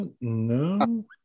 No